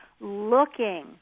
looking